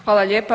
Hvala lijepo.